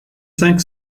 cinq